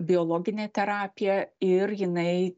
biologinė terapija ir jinai